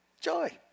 joy